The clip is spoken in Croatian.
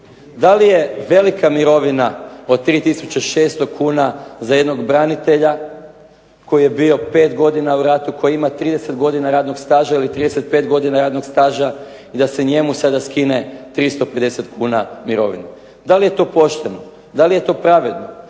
Da li je velika mirovina od 3600 kuna za jednog branitelja koji je bio pet godina u ratu, koji ima 30 godina radnog staža ili 35 godina radnog staža i da se njemu sada skine 350 kuna mirovine. Da li je to pošteno? Da li je to pravedno?